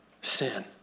sin